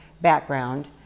background